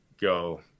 go